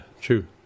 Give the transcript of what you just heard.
true